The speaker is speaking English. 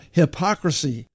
hypocrisy